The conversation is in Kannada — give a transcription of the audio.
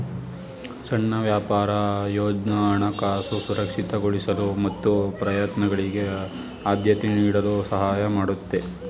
ಸಣ್ಣ ವ್ಯಾಪಾರ ಯೋಜ್ನ ಹಣಕಾಸು ಸುರಕ್ಷಿತಗೊಳಿಸಲು ಮತ್ತು ಪ್ರಯತ್ನಗಳಿಗೆ ಆದ್ಯತೆ ನೀಡಲು ಸಹಾಯ ಮಾಡುತ್ತೆ